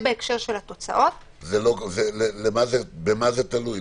במה זה תלוי?